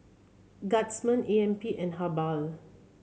Guardsman A M P and Habhal